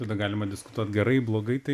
tada galima diskutuot gerai blogai tai